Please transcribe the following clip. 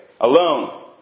alone